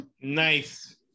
Nice